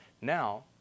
Now